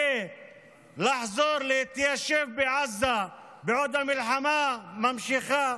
רוקדים כדי לחזור ולהתיישב בעזה בעוד המלחמה ממשיכה,